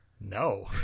No